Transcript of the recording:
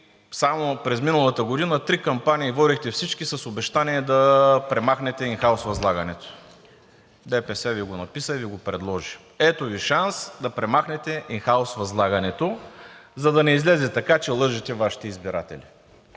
само през миналата година три кампании водихте всички с обещание да премахнете ин хаус възлагането. ДПС Ви го написа и Ви го предложи. Ето Ви шанс да премахнете ин хаус възлагането, за да не излезе така, че лъжете Вашите избиратели.